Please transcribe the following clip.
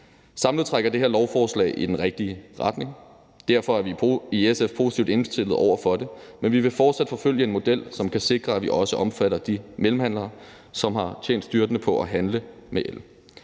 Samlet trækker det her lovforslag i den rigtige retning, og derfor er vi i SF positivt indstillet over for det, men vi vil fortsat forfølge en model, som kan sikre, at vi også omfatter de mellemhandlere, som har tjent styrtende på at handle med el.